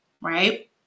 Right